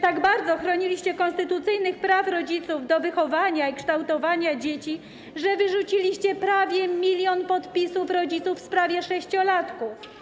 Tak bardzo chroniliście konstytucyjnych praw rodziców do wychowania i kształtowania dzieci, że wyrzuciliście prawie 1 mln podpisów rodziców w sprawie sześciolatków.